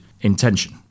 intention